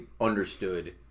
understood